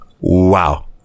wow